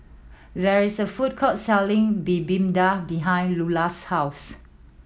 there is a food court selling Bibimbap behind Lulah's house